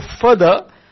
further